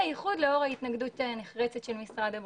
ביחוד לאור ההתנגדות הנחרצת של משרד הבריאות.